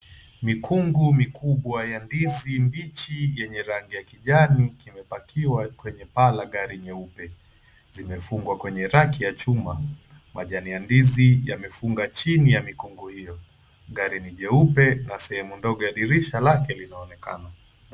Mikungu mikubwa ya ndizi mbichi yenye rangi ya kijani kimepakiwa kwenye paa la gari nyeupe. Zimefungwa kwenye raki ya chuma. Majani ya ndizi yamefunga chini ya mikungu hio. Gari ni jeupe na sehemu ndogo ya dirisha lake linaonekana.